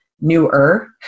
newer